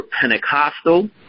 Pentecostal